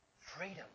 Freedom